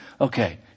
okay